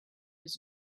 his